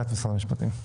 המשפטים.